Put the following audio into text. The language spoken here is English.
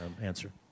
answer